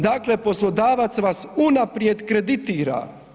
Dakle, poslodavac vas unaprijed kreditira.